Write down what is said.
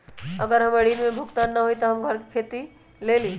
अगर हमर ऋण न भुगतान हुई त हमर घर खेती लेली?